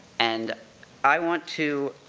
and i want to,